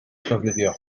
llofruddio